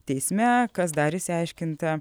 teisme kas dar išsiaiškinta